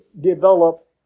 develop